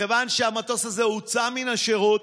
מכיוון שהמטוס הזה הוצא מן השירות,